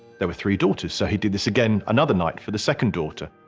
there were three daughters, so he did this again another night for the second daughter.